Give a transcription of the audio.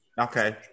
Okay